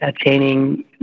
attaining